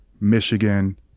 Michigan